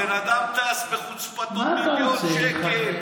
הבן אדם טס בחוצפתו, מיליון שקל.